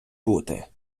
бути